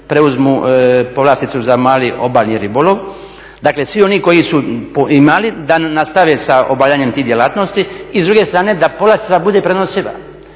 preuzmu povlasticu za mali obalni ribolov. Dakle, svi oni koji su imali da nastave sa obavljanjem tih djelatnosti. I s druge strane da povlastica bude prenosiva.